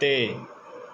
ਅਤੇ